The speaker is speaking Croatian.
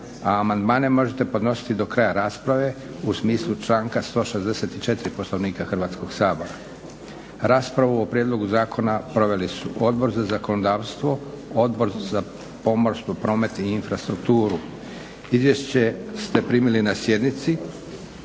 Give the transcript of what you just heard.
a amandmane možete podnositi do kraja rasprave u smislu članka 164. Poslovnika Hrvatskog sabora. Raspravu o prijedlogu zakona proveli su Odbor za zakonodavstvo, Odbor za pomorstvo, promet i infrastrukturu. Izvješće ste primili na sjednici.